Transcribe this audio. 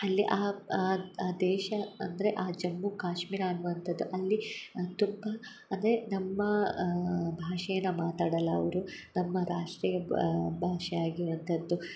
ಅಲ್ಲಿ ಆ ಆ ಆ ದೇಶ ಅಂದರೆ ಆ ಜಮ್ಮು ಕಾಶ್ಮೀರ ಅನ್ನುವಂಥದ್ದು ಅಲ್ಲಿ ತುಪ್ಪ ಅಂದರೆ ನಮ್ಮ ಭಾಷೆಯನ್ನು ಮಾತಾಡಲ್ಲ ಅವರು ನಮ್ಮ ರಾಷ್ಟ್ರೀಯ ಭಾಷೆ ಆಗಿರುವಂಥದ್ದು